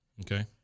Okay